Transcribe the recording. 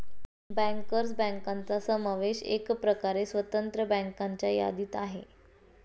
bankers बँकांचा समावेश एकप्रकारे स्वतंत्र बँकांच्या यादीत आहे